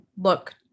look